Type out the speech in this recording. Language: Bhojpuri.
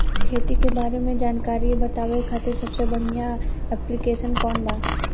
खेती के बारे में जानकारी बतावे खातिर सबसे बढ़िया ऐप्लिकेशन कौन बा?